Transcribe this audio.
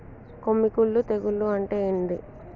కొమ్మి కుల్లు తెగులు అంటే ఏంది?